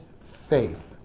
faith